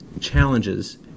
challenges